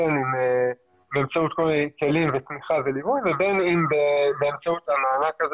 בין באמצעות כל מיני כלים ותמיכה ובין אם באמצעות המענק הזה